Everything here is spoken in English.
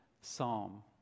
psalm